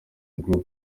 group